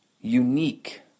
unique